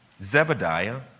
Zebediah